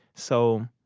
so